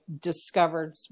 discovered